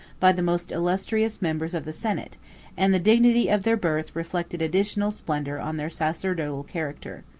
by the most illustrious members of the senate and the dignity of their birth reflected additional splendor on their sacerdotal character.